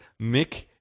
Mick